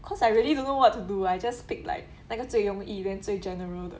cause I really don't know what to do I just picked like 那个最容易 then 最 general 的